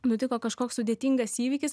nutiko kažkoks sudėtingas įvykis